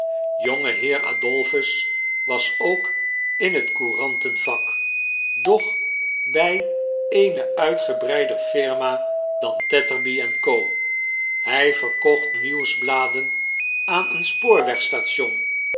jongeheer adolphus was ook in het courantenvak doch bij eene uitgebreider firma dan tetterby en co hij verkocht nieuwsbladen aan een